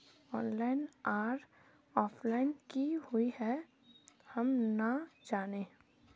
Online आर offline की हुई है हम ना जाने?